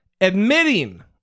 admitting